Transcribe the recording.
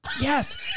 Yes